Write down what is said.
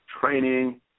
training